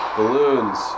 Balloons